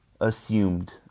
assumed